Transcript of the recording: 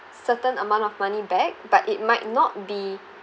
certain amount of money back but it might not be